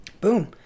boom